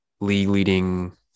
league-leading